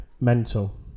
mental